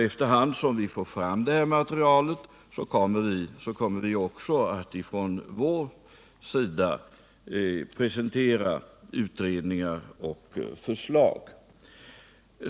Efter hand som vi får detta material kommer vi från vår sida också att presentera utredningar och förslag.